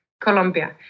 Colombia